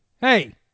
Hey